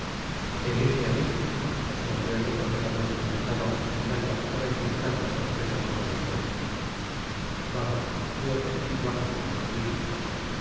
herirme á mí respondió el otro quedándose plantado y mirando al jóven con tanta sorpresa como desprecio vamos veo que estais loco amiguito